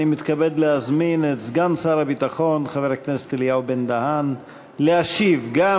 אני מתכבד להזמין את סגן שר הביטחון חבר הכנסת אלי בן-דהן להשיב גם